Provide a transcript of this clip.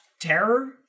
terror